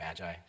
Magi